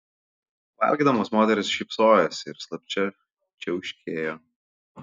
valgydamos moterys šypsojosi ir slapčia čiauškėjo